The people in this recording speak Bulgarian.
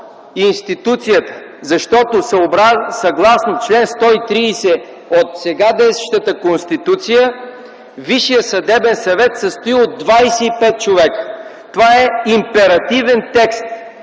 институцията. Съгласно чл. 130 от сега действащата Конституция Висшият съдебен съвет се състои от 25 човека. Това е императивен текст.